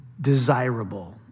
desirable